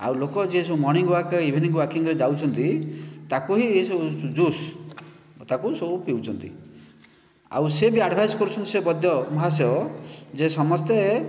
ଆଉ ଲୋକ ଯିଏ ସବୁ ମର୍ଣ୍ଣିଂ ୱାକ ଇଭନିଂ ୱାକିଂ ରେ ଯାଉଛନ୍ତି ତାକୁ ହିଁ ଏସବୁ ଜୁସ୍ ତାକୁ ସବୁ ପିଉଛନ୍ତି ଆଉ ସେ ବି ଆଡଭାଇସ୍ କରୁଛନ୍ତି ସେ ବୈଦ୍ୟ ମହାଶୟ ଯିଏ ସମସ୍ତେ